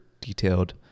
detailed